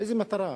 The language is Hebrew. לאיזו מטרה?